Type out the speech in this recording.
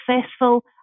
successful